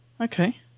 Okay